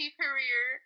career